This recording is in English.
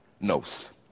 knows